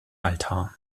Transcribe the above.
altar